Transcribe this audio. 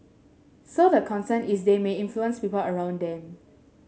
so the concern is they may influence people around them